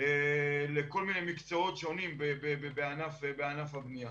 לכל מיני מקצועות שונים בענף הבנייה.